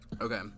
okay